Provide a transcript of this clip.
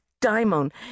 Daimon